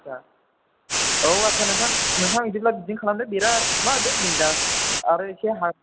आदसा औ आदसा नोंथा नोंथाङा बिदिब्ला बिदिनो खालामदो बेरा दुमना होदो बिनदास आरो एसे हासार